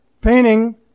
painting